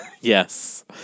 yes